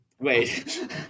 Wait